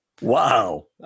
wow